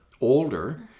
older